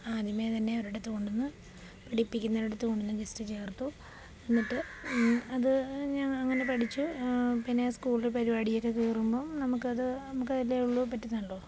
ആദ്യമേ തന്നെ ഒരിടത്തുകൊണ്ടുവന്ന് പഠിപ്പിക്കുന്നവരുടെ ഇടത്തുകൊണ്ടുവന്ന് ജെസ്റ്റ് ചേർത്തു എന്നിട്ട് അത് ഞാൻ അങ്ങനെ പഠിച്ചു പിന്നെ സ്കൂളിൽ പരിപാടിയൊക്കെ കയറുമ്പം നമുക്കത് നമുക്ക് അതല്ലേ ഉള്ളു പറ്റുന്നുള്ളൂ